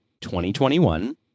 2021